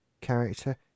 character